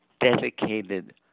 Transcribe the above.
dedicated